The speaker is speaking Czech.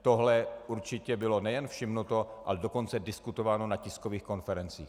Tohle určitě bylo nejen všimnuto, ale dokonce diskutováno na tiskových konferencích.